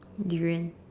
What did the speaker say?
durian